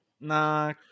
Nah